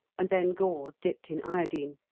and then gauze dipped in iodine.